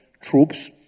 troops